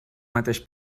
mateix